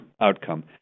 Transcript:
outcome